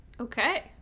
Okay